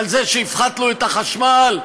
על זה שהפחתנו את מחירי החשמל?